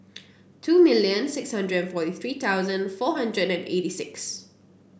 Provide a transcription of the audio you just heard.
two million six hundred forty three thousand four hundred and eighty six